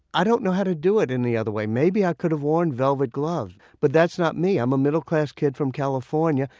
i don't know how to do it any other way. maybe i could have worn velvet gloves. but that's not me i'm a middle-class kid from california,